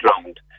drowned